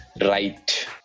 Right